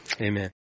Amen